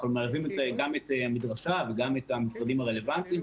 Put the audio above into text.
אנחנו מערבים גם את המדרשה וגם את המשרדים הרלוונטיים,